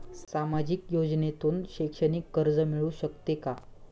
सामाजिक योजनेतून शैक्षणिक कर्ज मिळू शकते का?